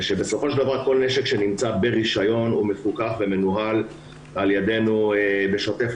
זה בסופו של דבר כל נשק שנמצא ברישיון הוא מפוקח ומנוהל על-ידינו בשוטף,